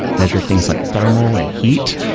measure things like thermal and heat,